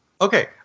Okay